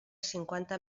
cinquanta